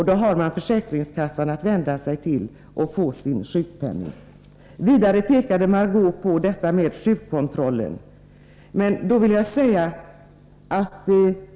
Då har man försäkringskassan att vända sig till för att få sin sjukpenning. Vidare berörde Margö Ingvardsson sjukkontrollen.